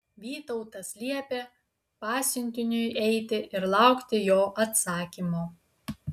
vytautas liepė pasiuntiniui eiti ir laukti jo atsakymo